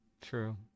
True